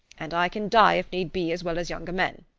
and i can die, if need be, as well as younger men.